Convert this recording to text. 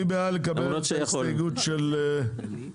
מי בעד לקבל את ההסתייגות של ברוכי?